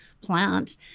plant